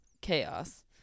chaos